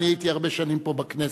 אני הייתי הרבה שנים פה בכנסת,